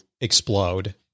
explode